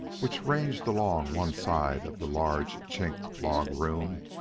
which ranged along one side of the large chinked-log room,